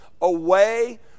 away